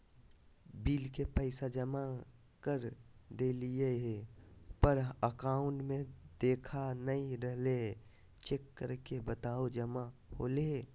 Bill के पैसा जमा कर देलियाय है पर अकाउंट में देखा नय रहले है, चेक करके बताहो जमा होले है?